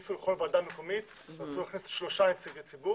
רצו להכניס לכל ועדה מקומית שלושה נציגי ציבור